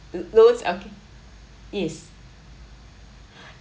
looks okay yes